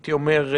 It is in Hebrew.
הייתי אומר,